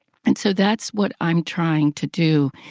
and so that's what i'm trying to do,